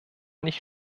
nicht